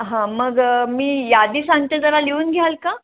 हां मग मी यादी सांगते जरा लिहून घ्याल का